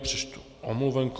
Přečtu omluvenku.